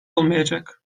olmayacak